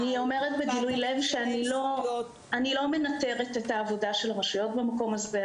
אני אומרת בגילוי לב שאני לא מנטרת את עבודת הרשויות במקום הזה.